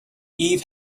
eve